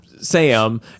Sam